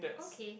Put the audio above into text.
okay